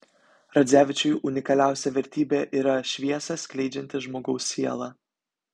radzevičiui unikaliausia vertybė yra šviesą skleidžianti žmogaus siela